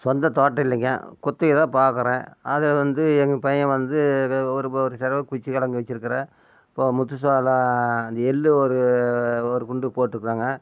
சொந்த தோட்டம் இல்லைங்க குத்தகைதான் பார்க்குறேன் அதில் வந்து எங்கள் பையன் வந்து ஏதோ ஒரு ஒரு செலவுக் குச்சி கிழங்கு வச்சுருக்குறேன் இப்போ முத்து சோளம் அந்த எள் ஒரு ஒரு குண்டு போட்டு இருக்கிறோங்க